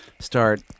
start